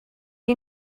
you